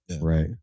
Right